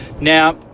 Now